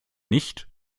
nicht